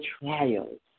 trials